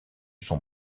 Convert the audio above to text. son